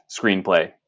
screenplay